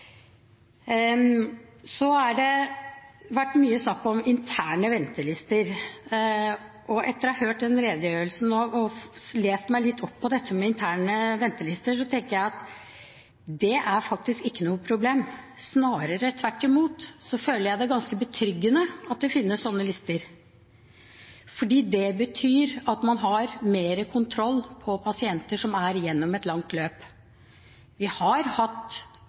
så for oss i Fremskrittspartiet er det av stor betydning at antall ventende går ned. Det betyr at færre står i den belastningen, færre bekymrer seg. Det har vært mye snakk om interne ventelister. Etter å ha hørt redegjørelsen nå og lest meg litt opp på dette med interne ventelister, tenker jeg at det faktisk ikke er noe problem. Snarere tvert imot føler jeg det ganske betryggende at det finnes sånne lister, fordi det betyr at man har mer kontroll på pasienter som